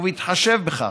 ובהתחשב בכך,